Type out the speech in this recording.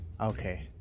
Okay